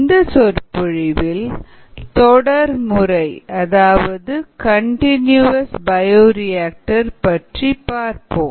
இந்த சொற்பொழிவில் தொடர் முறை கண்டிநியூவஸ் பயோரியாக்டர் பற்றி பார்ப்போம்